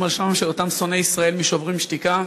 על שמם של אותם שונאי ישראל מ"שוברים שתיקה",